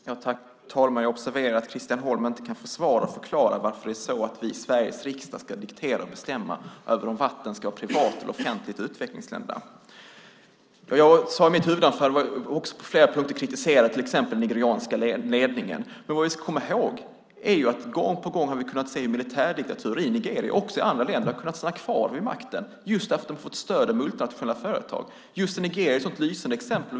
Fru talman! Jag observerar att Christian Holm inte kan försvara och förklara varför det är så att vi i Sveriges riksdag ska diktera och bestämma över om vatten ska vara privat eller offentligt i utvecklingsländerna. I mitt huvudanförande kritiserade jag på flera punkter till exempel den nigerianska ledningen. Men vad vi ska komma ihåg är att vi gång på gång har kunnat se hur militärdiktaturer, i Nigeria och också i andra länder, har kunnat stanna kvar vid makten just därför att de fått stöd av multinationella företag. Nigeria är ett lysande exempel.